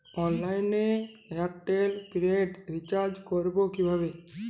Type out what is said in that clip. অনলাইনে এয়ারটেলে prepaid recharge করবো কিভাবে?